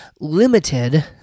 limited